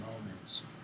moments